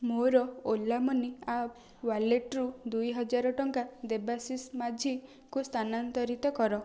ମୋର Ola money app ୱାଲେଟ୍ରୁ ଦୁଇହଜାର ଟଙ୍କା ଦେବାଶିଷ ମାଝୀ ଙ୍କୁ ସ୍ଥାନାନ୍ତରିତ କର